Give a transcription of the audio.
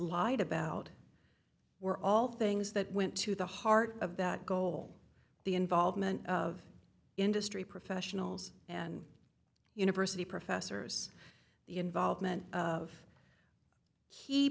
lied about were all things that went to the heart of that goal the involvement of industry professionals and university professors the involvement of he